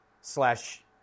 Slash